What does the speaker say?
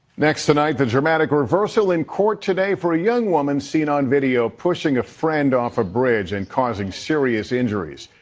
next tonight the dramatic reversal in court today for a young woman seen on video pushing a friend off a bridge and causing serious injuries.